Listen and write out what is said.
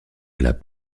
plat